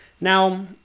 Now